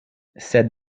sed